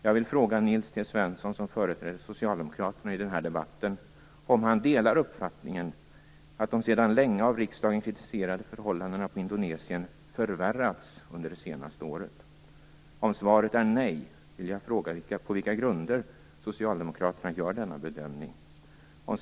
Jag vill fråga Nils T Svensson, som företräder Socialdemokraterna i den här debatten, om han delar uppfattningen att de sedan länge av riksdagen kritiserade förhållandena på Indonesien förvärrats under det senaste året. Om svaret är nej, vill jag fråga: På vilka grunder gör Socialdemokraterna denna bedömning?